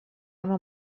una